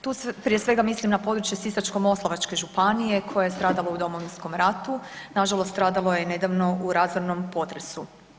Tu prije svega mislim na područje Sisačko-moslavačke županije koje je stradalo u Domovinskom ratu, nažalost stradalo je i nedavno u razornom potresu.